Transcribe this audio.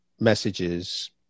messages